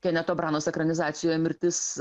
keneto branos ekranizacijoje mirtis